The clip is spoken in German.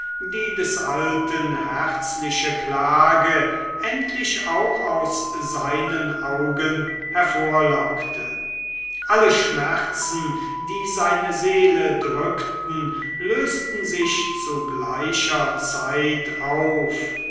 die des alten herzliche klage endlich auch aus seinen augen hervorlockte alle schmerzen die seine seele drückten lösten sich zu gleicher zeit auf